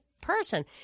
person